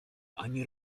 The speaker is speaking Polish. ani